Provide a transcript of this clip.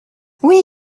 oui